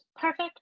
perfect